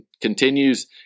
continues